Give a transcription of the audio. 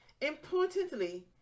Importantly